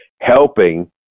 helping